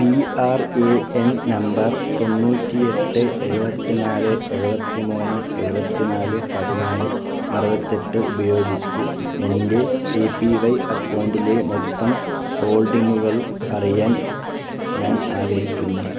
P R A N number തൊണ്ണൂറ്റി എട്ട് ഏഴുപത്തി നാല് ഏഴുപത്തി മൂന്ന് ഏഴുപത്തി നാല് പതിനാല് അറുപത്തെട്ട് ഉപയോഗിച്ച് എൻ്റെ എ പി വൈ അക്കൗണ്ടിലെ മൊത്തം ഹോൾഡിങ്ങുകൾ അറിയാൻ ഞാൻ ആഗ്രഹിക്കുന്നു